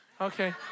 Okay